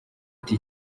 ati